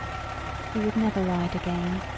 he would never ride again.